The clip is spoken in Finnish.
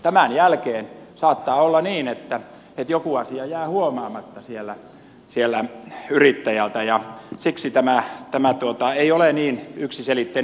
tämän jälkeen saattaa olla niin että joku asia jää huomaamatta yrittäjältä ja siksi tämä ei ole niin yksiselitteinen